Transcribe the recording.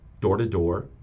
door-to-door